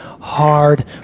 hard